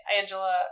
Angela